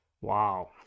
Wow